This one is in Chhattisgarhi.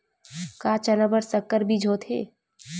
का चना बर संकर बीज होथे?